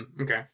okay